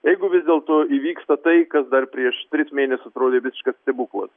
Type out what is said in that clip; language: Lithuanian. jeigu vis dėl to įvyksta tai kas dar prieš tris mėnesius atrodė visiškas stebuklas